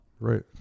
Right